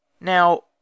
Now